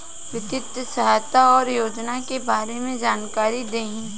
वित्तीय सहायता और योजना के बारे में जानकारी देही?